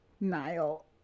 Niall